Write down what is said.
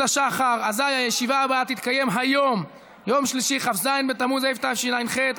33 תומכים, 23 מתנגדים, נמנע אחד.